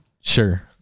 Sure